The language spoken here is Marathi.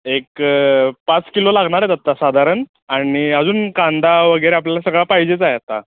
एक पाच किलो लागणार आहेत आत्ता साधारण आणि अजून कांदा वगैरे आपल्याला सगळा पाहिजेच आहे आत्ता